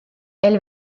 elle